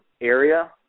area